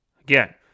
Again